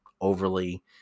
overly